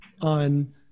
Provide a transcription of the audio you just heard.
on